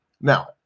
now